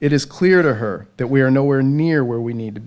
it is clear to her that we are nowhere near where we need to